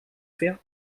faire